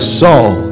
soul